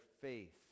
faith